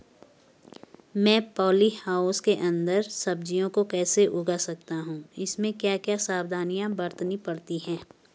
मैं poly house के अन्दर सब्जियों को कैसे उगा सकता हूँ इसमें क्या क्या सावधानियाँ बरतनी पड़ती है?